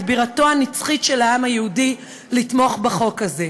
בירתו הנצחית של העם היהודי לתמוך בחוק הזה.